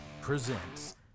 presents